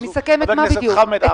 חבר הכנסת חמד עמאר.